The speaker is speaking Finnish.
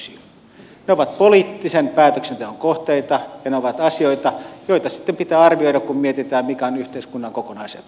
ne ovat poliittisen päätöksenteon kohteita ja asioita joita sitten pitää arvioida kun mietitään mikä on yhteiskunnan kokonaisetu